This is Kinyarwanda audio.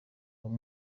uwo